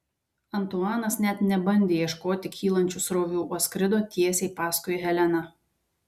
antuanas net nebandė ieškoti kylančių srovių o skrido tiesiai paskui heleną